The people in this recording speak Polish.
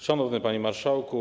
Szanowny Panie Marszałku!